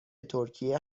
ترکیه